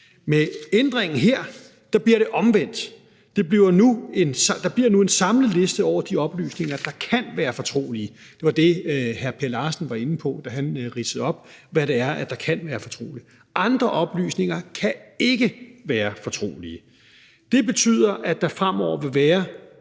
Med ændringen her bliver det omvendt. Der bliver nu en samlet liste over oplysninger, som kan være fortrolige, og det var det, som hr. Per Larsen var inde på, da han ridsede op, hvad det er, der kan være fortroligt; andre oplysninger kan ikke være fortrolige. Det betyder, at der fremover vil være